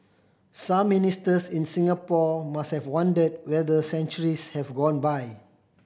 some Ministers in Singapore must have wondered whether centuries have gone by